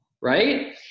right